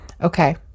okay